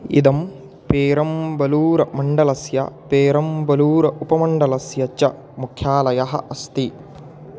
इदं पेरम्बलूरमण्डलस्य पेरम्बलूर् उपमण्डलस्य च मुख्यालयः अस्ति